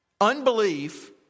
Unbelief